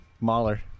Mahler